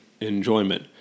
enjoyment